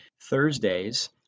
Thursdays